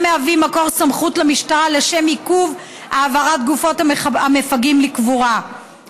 מהווים מקור סמכות למשטרה לשם עיכוב העברת גופות המפגעים לקבורה,